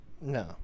No